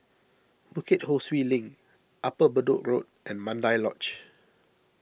Bukit Ho Swee Link Upper Bedok Road and Mandai Lodge